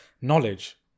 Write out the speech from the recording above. knowledge